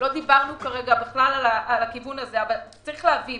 לא דיברנו כרגע על הכיוון הזה אבל צריך להבין